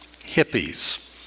hippies